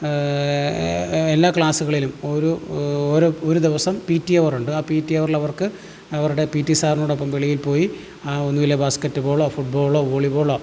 എല്ലാ ക്ലാസ്സുകളിലും ഒരു ഓരോ ഒരു ദിവസം പി റ്റി അവറൊണ്ട് ആ പി റ്റി അവറിലവർക്ക് അവരുടെ പി റ്റി സാറിനോടൊപ്പം വെളിയിൽപ്പോയി ആ ഒന്നെങ്കില് ബാസ്കറ്റ് ബോളോ ഫുട്ബോളോ വോളി ബോളോ